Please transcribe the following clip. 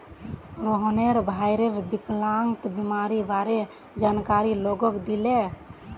रोहनेर भईर विकलांगता बीमारीर बारे जानकारी लोगक दीले